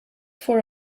for